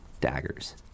daggers